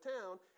town